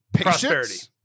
Prosperity